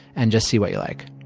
and just see what you like.